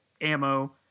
ammo